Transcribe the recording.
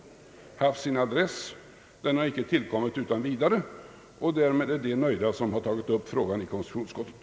Uttalandet har icke tillkommit utan vidare, och därmed är de nöjda som har tagit upp frågan i konstitutionsutskottet.